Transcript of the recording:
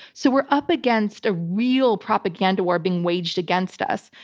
so we're up against a real propaganda war being waged against us.